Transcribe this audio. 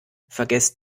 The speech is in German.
vergesst